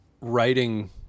writing